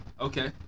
Okay